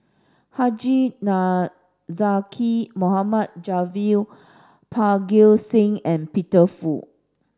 Haji Namazie Mohd Javad Parga Singh and Peter Fu